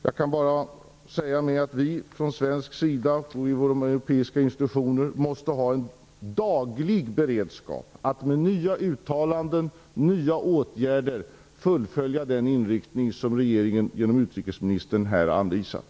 Jag kan bara säga att vi från svensk sida och inom europeiska institutioner måste ha en daglig beredskap för att med nya uttalanden och nya åtgärder fullfölja den inriktning som regeringen genom utrikesministern här har anvisat.